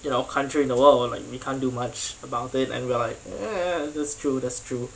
you know country in the world like we can't do much about it and we're like ya that's true that's true